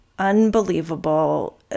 Unbelievable